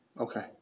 Okay